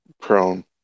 prone